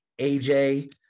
AJ